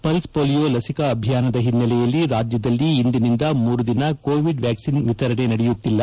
pulse polio ಲಸಿಕೆ ಅಭಿಯಾನದ ಹಿನ್ನೆಲೆಯಲ್ಲಿ ರಾಜ್ಯದಲ್ಲಿ ಇಂದಿನಿಂದ ಮೂರು ದಿನ ಕೋವಿಡ್ ವ್ಯಾಕ್ಲಿನ್ ವಿತರಣೆ ನಡೆಯುತ್ತಿಲ್ಲ